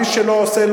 מי שלא עושה,